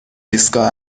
ایستگاه